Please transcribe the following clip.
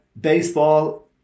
baseball